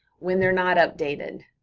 when they're not updated.